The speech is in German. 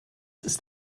ist